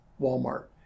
Walmart